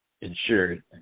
insured